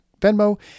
Venmo